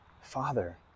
Father